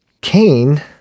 Cain